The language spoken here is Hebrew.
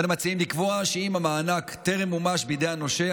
אנו מציעים לקבוע שאם המענק טרם מומש בידי הנושה,